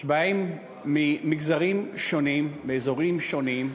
שבאים ממגזרים שונים, באזורים שונים,